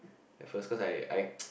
at first cause I I